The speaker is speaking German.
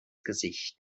gesicht